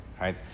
right